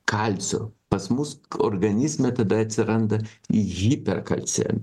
kalcio pas mus organizme tada atsiranda hiperkalcė